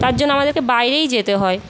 তার জন্য আমাদেরকে বাইরেই যেতে হয়